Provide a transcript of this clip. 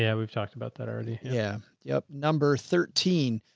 yeah we've talked about that already. yeah. yup. number thirteen.